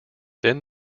then